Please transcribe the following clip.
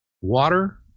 water